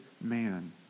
man